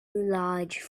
large